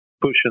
pushing